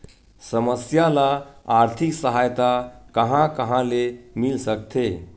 समस्या ल आर्थिक सहायता कहां कहा ले मिल सकथे?